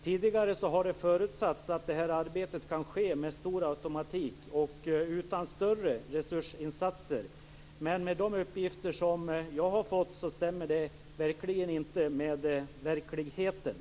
Tidigare har det förutsatts att det här arbetet kan ske med stor automatik och utan större resursinsatser. Men enligt de uppgifter som jag har fått stämmer detta sannerligen inte med verkligheten.